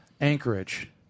Anchorage